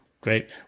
Great